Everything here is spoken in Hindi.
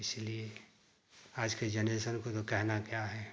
इसीलिए आज के जनरेशन को तो कहना क्या है